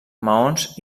maons